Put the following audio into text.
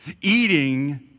eating